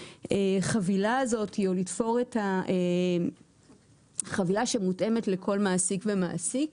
החבילה הזאת או לתפור את החבילה שמותאמת לכל מעסיק ומעסיק,